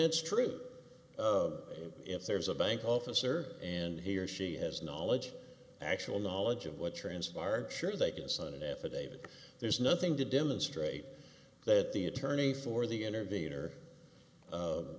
it's true if there's a bank officer and he or she has knowledge actual knowledge of what transpired sure they can sign an affidavit there's nothing to demonstrate that the attorney for the intervenor